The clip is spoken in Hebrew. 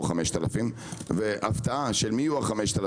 רק כ-,5,000 והפתעה של מי יהיו ה-5,000?